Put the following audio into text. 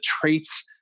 traits